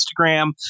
Instagram